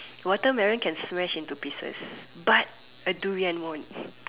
watermelon can smash into pieces but a durian won't